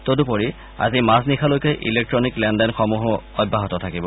তদুপৰি আজি মাজনিশালৈকে ইলেকট্টনিক লেন দেনসমূহো অব্যাহত থাকিব